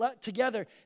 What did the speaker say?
together